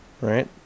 right